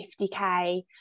50k